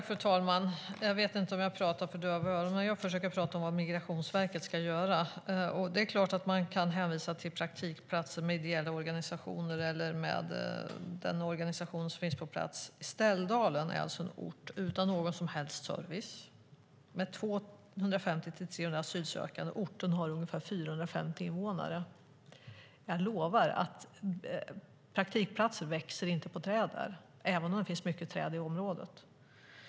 Fru talman! Jag vet inte om jag talar för döva öron, men jag försöker tala om vad Migrationsverket ska göra. Det är klart att man kan hänvisa till praktikplatser, ideella organisationer eller den organisation som finns på plats. Ställdalen är en ort utan någon som helst service och med 250-300 asylsökande. Orten har ungefär 450 invånare. Jag lovar att praktikplatser inte växer på träd där, även om det finns många träd i området.